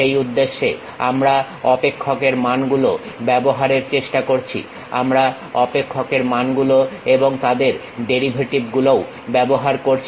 সেই উদ্দেশ্যে আমরা অপেক্ষকের মানগুলো ব্যবহারের চেষ্টা করছি আমরা অপেক্ষকের মান গুলো এবং তাদের ডেরিভেটিভ গুলোও ব্যবহার করছি